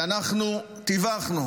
ואנחנו תיווכנו